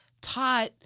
taught